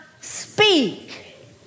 speak